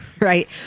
right